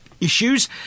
issues